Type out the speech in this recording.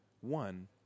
one